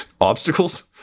obstacles